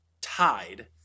tied